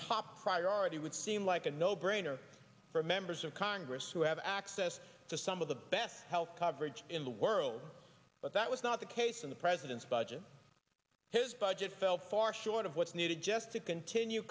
top priority would seem like a no brainer for members of congress who have access to some of the best health coverage in the world but that was not the case in the president's budget his budget fell far short of what's needed just to continue